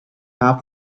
half